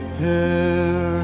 pair